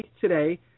today